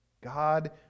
God